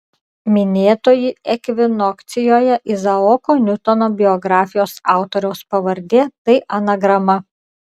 minėtoji ekvinokcijoje izaoko niutono biografijos autoriaus pavardė tai anagrama